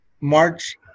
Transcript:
March